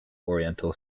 oriental